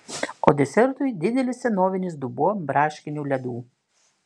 o desertui didelis senovinis dubuo braškinių ledų